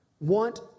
Want